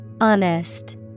Honest